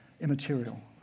immaterial